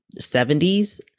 70s